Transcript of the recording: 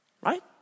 right